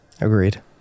agreed